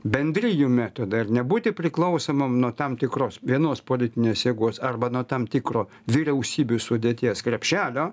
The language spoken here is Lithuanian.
bendrijų metodą ir nebūti priklausomam nuo tam tikros vienos politinės jėgos arba nuo tam tikro vyriausybių sudėties krepšelio